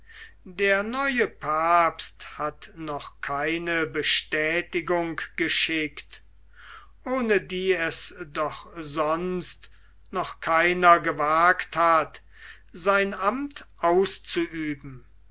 der neue papst hat noch keine bestätigung geschickt ohne die es doch sonst noch keiner gewagt hat sein amt auszuüben